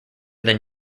than